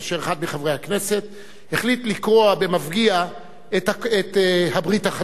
כאשר אחד מחברי הכנסת החליט לקרוע במפגיע את הברית החדשה,